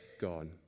God